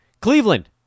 Cleveland